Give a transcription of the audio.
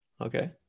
okay